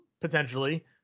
potentially